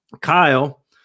Kyle